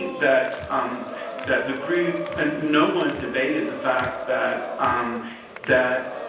that that the group-no ah you know one debated the fact that that